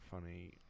funny